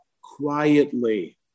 quietly